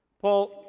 Paul